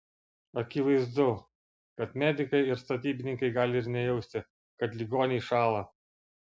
akivaizdu kad medikai ir statybininkai gali ir nejausti kad ligoniai šąla